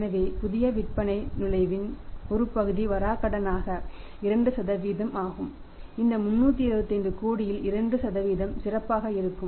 எனவே புதிய விற்பனை நுழைவின் ஒரு பகுதி வராக்கடனாக 2 ஆகும் இந்த 375 கோடியில் 2 சிறப்பாக இருக்கும்